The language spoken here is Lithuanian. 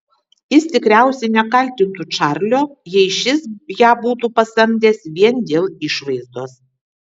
jis tikriausiai nekaltintų čarlio jei šis ją būtų pasamdęs vien dėl išvaizdos